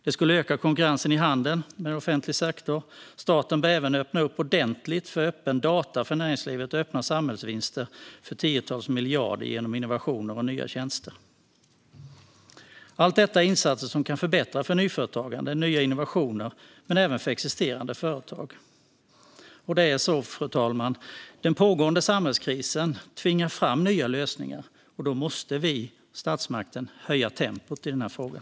Det skulle öka konkurrensen i handeln med offentlig sektor. Staten bör även öppna upp ordentligt för öppna data för näringslivet och öppna samhällsvinster för tiotals miljarder genom innovationer och nya tjänster. Allt detta är insatser som kan förbättra för nyföretagande, nya innovationer och även för existerande företag. Den pågående samhällskrisen tvingar fram nya lösningar, fru talman. Då måste vi i statsmakten höja tempot i den här frågan.